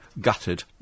Gutted